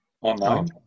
online